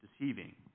deceiving